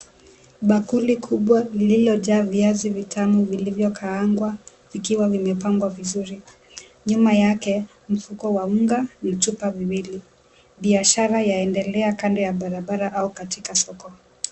Bakuli kubwa lililojaa viazi vitamu vilivyokaangwa vikiwa vimepangwa vizuri , nyuma yake mfuko ya unga na vichupa viwili, biashara yaendelea kando ya barabara au katika soko.